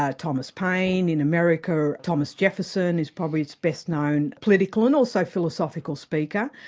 ah thomas payne in america, thomas jefferson, who's probably its best-known political and also philosophical speaker,